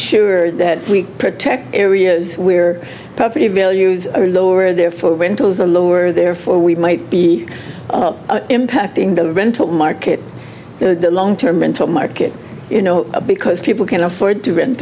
sure that we protect areas where property values are lower therefore windows are lower therefore we might be impacting the rental market in the long term mental market you know because people can afford to rent